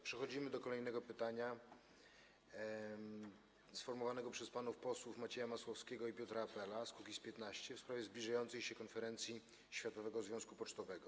Przechodzimy do kolejnego pytania, sformułowanego przez panów posłów Macieja Masłowskiego i Piotra Apela z Kukiz’15, w sprawie zbliżającej się konferencji Światowego Związku Pocztowego.